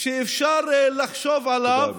שאפשר לחשוב עליו